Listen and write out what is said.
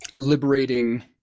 liberating